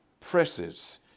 presses